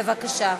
בבקשה.